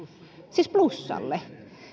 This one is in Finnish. siis plussaa